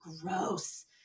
gross